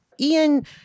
Ian